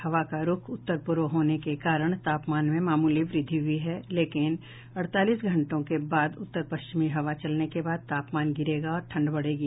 हवा का रूख उत्तर पूर्व होने के कारण तापमान में मामूली वृद्धि हुई है लेकिन अड़तालीस घंटों के बाद उत्तर पश्चिमी हवा चलने के बाद तापमान गिरेगा और ठंड बढेगी